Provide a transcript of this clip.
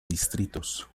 distritos